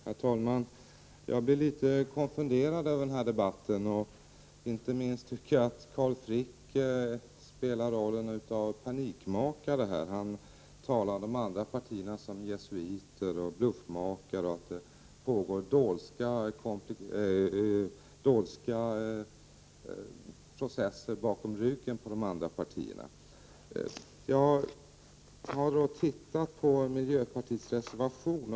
Herr talman! Jag blir litet konfunderad över denna debatt. Inte minst tycker jag att Carl Frick spelar rollen av panikmakare. Han talar om de andra partierna som jesuiter och bluffmakare och säger att det pågår dolska processer bakom ryggen på miljöpartiet. Jag har studerat miljöpartiets reservation.